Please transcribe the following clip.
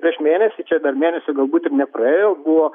prieš mėnesį čia per mėnesį galbūt nepraėjo buvo